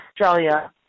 Australia